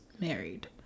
married